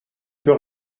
peux